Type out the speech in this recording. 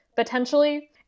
Potentially